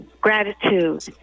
gratitude